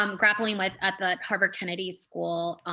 um grappling with at the harvard kennedy school,